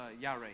Yare